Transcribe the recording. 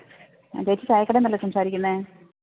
ആ ചേച്ചി ചായക്കടയിൽ നിന്നല്ലേ സംസാരിക്കുന്നത്